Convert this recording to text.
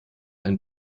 ein